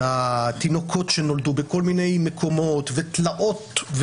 התינוקות שנולדו בכל מיני מקומות ותלאות.